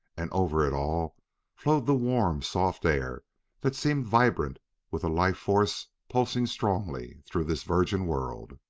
and over it all flowed the warm, soft air that seemed vibrant with a life-force pulsing strongly through this virgin world.